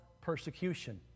persecution